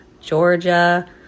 Georgia